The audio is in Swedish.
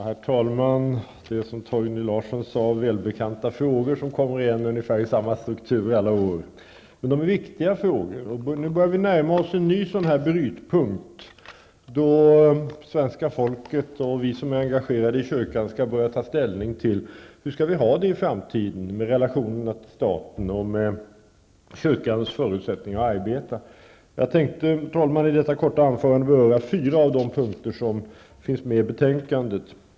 Herr talman! Det rör sig, som Torgny Larsson här sade, om välbekanta frågor -- frågor som har ungefär samma struktur varje år. Men de här frågorna är viktiga. Nu börjar vi närma oss nästa brytpunkt. Svenska folket och vi som är engagerade i kyrkan måste alltså börja fundera över ett ställningstagande om hur det skall vara i framtiden när det gäller både relationerna till staten och kyrkans arbetsförutsättningar. Jag tänkte, herr talman, i detta anförande, som skall bli kort, beröra fyra av de punkter som tas upp i betänkandet.